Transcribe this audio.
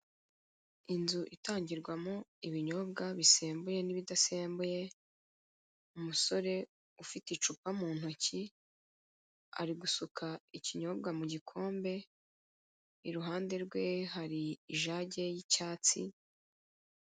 Inzu itangirwamo ibinyobwa bisembuye n'ibidasembuye, umusore ufite icupa mu ntoki, ari gusuka ikinyobwa mu gikombe, iruhande rwe hari ijage y'icyatsi